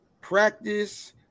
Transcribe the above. practice